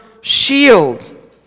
shield